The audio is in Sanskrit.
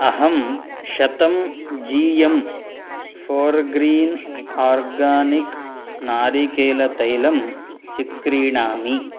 अहं शतम् जी एम् फ़ोर्ग्रीन् आर्गानिक् नारिकेलतैलम् चिक्रीणामि